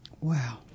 Wow